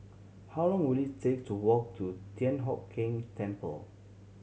how long will it take to walk to Thian Hock Keng Temple